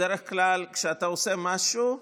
בדרך כלל כשאתה עושה משהו,